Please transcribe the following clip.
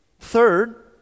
Third